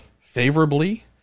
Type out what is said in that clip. favorably